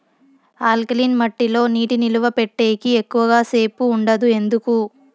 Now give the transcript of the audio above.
alkaline మట్టి లో నీటి నిలువ పెట్టేకి ఎక్కువగా సేపు ఉండదు ఎందుకు